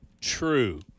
true